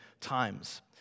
times